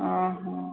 ଅ ହ